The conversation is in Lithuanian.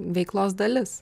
veiklos dalis